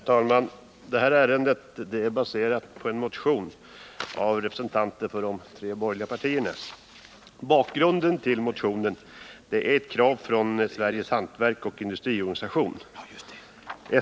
Herr talman! Det här ärendet är baserat på en motion av representanter för de tre borgerliga partierna. Bakgrunden till motionen är krav från Sveriges Hantverksoch Industriorganisation.